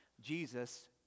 Jesus